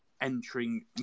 entering